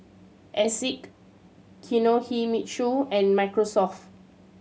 Asics Kinohimitsu and Microsoft